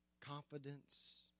confidence